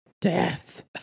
death